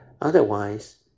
otherwise